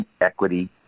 Equity